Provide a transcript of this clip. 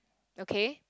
okay